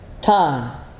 time